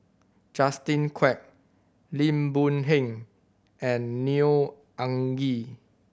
Justin Quek Lim Boon Heng and Neo Anngee